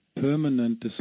permanent